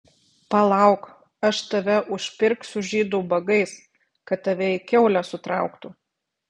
palauk aš tave užpirksiu žydų ubagais kad tave į kiaulę sutrauktų